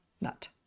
nut